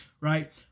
right